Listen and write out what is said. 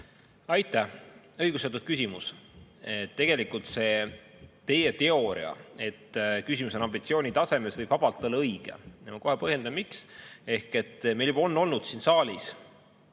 Aitäh, õigustatud küsimus! Tegelikult see teie teooria, et küsimus on ambitsiooni tasemes, võib vabalt olla õige. Ma kohe põhjendan, miks. Meil juba on olnud siin saalis,